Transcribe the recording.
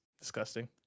Disgusting